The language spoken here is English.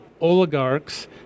oligarchs